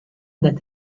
that